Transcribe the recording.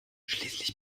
schließlich